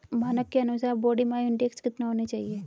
मानक के अनुसार बॉडी मास इंडेक्स कितना होना चाहिए?